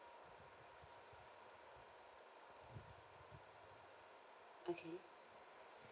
okay